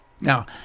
Now